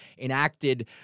enacted